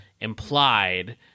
implied